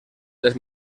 les